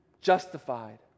justified